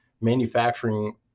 manufacturing